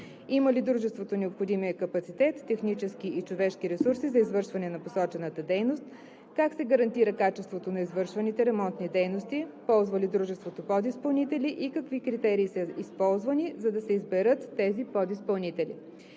Има ли дружеството необходимия капацитет – технически и човешки ресурси за извършване на посочената дейност? Как се гарантира качеството на извършваните ремонтни дейности? Ползва ли дружеството подизпълнители и какви критерии са използвани, за да се изберат тези подизпълнители?